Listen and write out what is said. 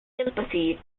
sympathy